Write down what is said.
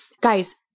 guys